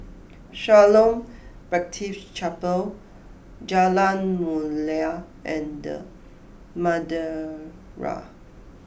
Shalom Baptist Chapel Jalan Mulia and Madeira